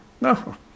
No